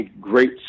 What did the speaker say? great